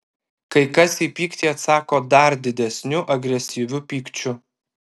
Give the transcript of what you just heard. kai kas į pyktį atsako dar didesniu agresyviu pykčiu